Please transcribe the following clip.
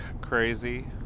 crazy